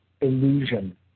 illusion